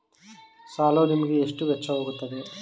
ಸಾಲವು ನಿಮಗೆ ಎಷ್ಟು ವೆಚ್ಚವಾಗುತ್ತದೆ?